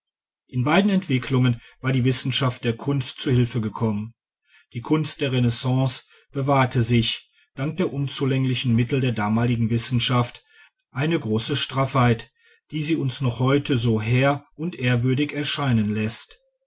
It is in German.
in beiden entwicklungen war die wissenschaft der kunst zu hilfe gekommen die kunst der renaissance bewahrte sich dank der unzulänglichen mittel der damaligen wissenschaft eine große straffheit die sie uns noch heute so hehr und ehrwürdig erscheinen läßt